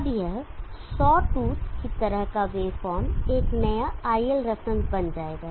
अब यह sawtooth की तरह का वेवफॉर्म एक नया iLref बन जाएगा